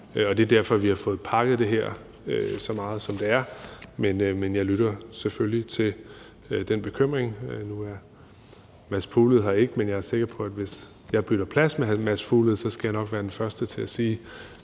og det er derfor, vi har fået pakket det her så meget, som det er, men jeg lytter selvfølgelig til den bekymring. Nu er hr. Mads Fuglede her ikke, men jeg er sikker på, at jeg, hvis jeg bytter plads med hr. Mads Fuglede, nok skal være den første til at sige,